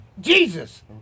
Jesus